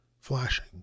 flashing